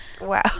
Wow